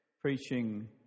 Preaching